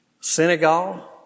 Senegal